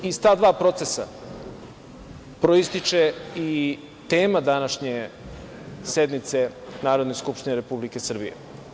Upravo iz ta dva procesa proističe i tema današnje sednice Narodne skupštine Republike Srbije.